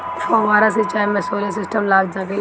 फौबारा सिचाई मै सोलर सिस्टम लाग सकेला?